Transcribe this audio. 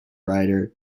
writer